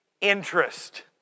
interest